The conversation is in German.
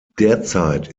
derzeit